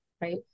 right